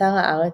באתר הארץ,